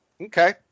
okay